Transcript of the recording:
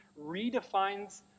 redefines